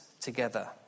together